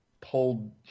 pulled